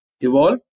evolve